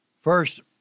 First